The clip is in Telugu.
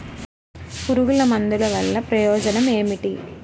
పురుగుల మందుల వల్ల ప్రయోజనం ఏమిటీ?